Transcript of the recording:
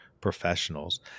professionals